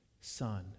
son